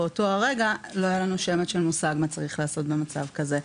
באותו הרגע לא היה לנו שמץ של מושג מה צריך לעשות במצב כזה.